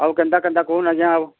ହଉ କେନ୍ତା କେନ୍ତା କହୁନ୍ ଆଜ୍ଞା ଆଉ